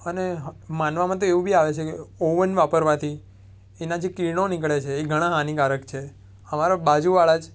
અને માનવામાં તો એવું બી આવે છે કે ઓવન વાપરવાથી એના જે કિરણો નીકળે છે એ ઘણા હાનિકારક છે અમારા બાજુવાળા જ